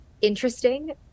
interesting